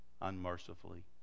unmercifully